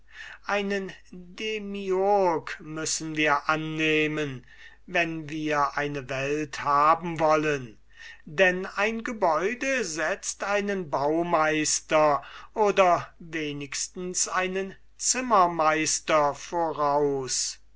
einen demiurg müssen wir annehmen wenn wir eine welt haben wollen denn ein gebäude setzt einen baumeister oder wenigstens einen zimmermeister voraus